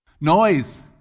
Noise